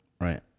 Right